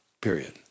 period